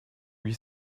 huit